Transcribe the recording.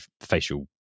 facial